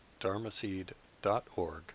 dharmaseed.org